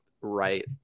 right